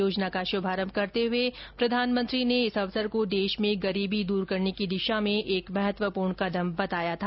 योजना का शुभारंभ करते हुए प्रधानमंत्री ने इस अवसर को देश में गरीबी दूर करने की दिशा में एक महत्वपूर्ण कदम बताया था